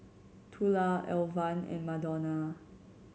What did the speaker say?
Tula Alvan and Madonna